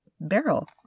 barrel